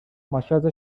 ماساژ